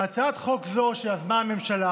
בהצעת חוק זו, שיזמה הממשלה